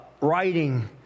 writing